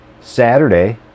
Saturday